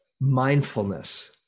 mindfulness